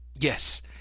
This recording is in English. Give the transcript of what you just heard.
Yes